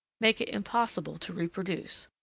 make it impossible to reproduce.